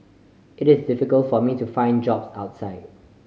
it is difficult for me to find jobs outside